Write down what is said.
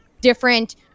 different